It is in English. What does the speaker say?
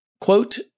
quote